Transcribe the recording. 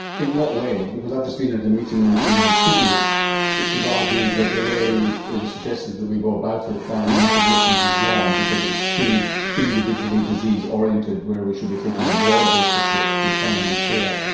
in what way? because i've just been at a meeting in sydney which has argued that the way it was suggested that we go about it by the united nations is wrong because it's too individually disease orientated where we should be taking a broad-based approach through primary care,